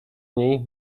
niej